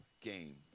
game